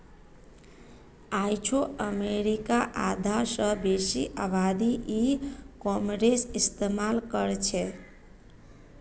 आइझो अमरीकार आधा स बेसी आबादी ई कॉमर्सेर इस्तेमाल करछेक